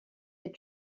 had